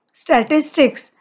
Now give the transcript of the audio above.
statistics